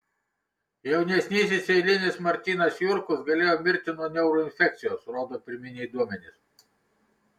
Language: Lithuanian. jaunesnysis eilinis martynas jurkus galėjo mirti nuo neuroinfekcijos rodo pirminiai duomenys